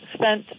spent